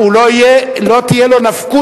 אבל לא תהיה לו נפקות,